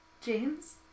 James